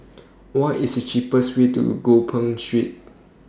What IS The cheapest Way to Gopeng Street